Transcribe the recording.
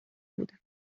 بودم